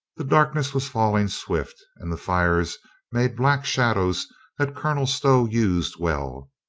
the darkness was falling swift, and the fires made black shadows that colonel stow used well.